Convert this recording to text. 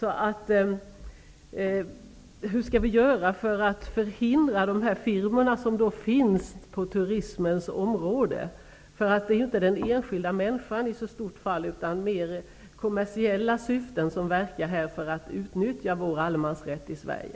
Vad skall vi göra för att hindra de firmor som finns på turismens område? Det gäller ju inte att hindra den enskilda människan utan de kommersiella intressen som verkar för att utnyttja allemansrätten i Sverige.